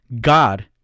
God